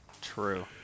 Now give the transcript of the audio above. True